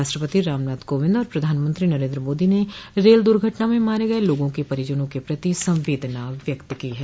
राष्ट्रपति रामनाथ कोविंद और प्रधानमंत्री नरेन्द्र मोदी ने रेल दुर्घटना में मारे गय लोगों के परिवारों के प्रति संवेदना प्रकट की है